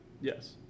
Yes